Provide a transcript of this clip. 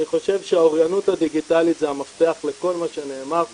אני חושב שהאוריינות הדיגיטלית זה המפתח לכל מה שנאמר פה.